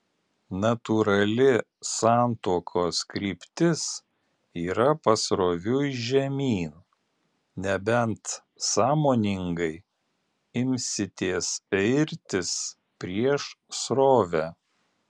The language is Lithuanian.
natūrali santuokos kryptis yra pasroviui žemyn nebent sąmoningai imsitės irtis prieš srovę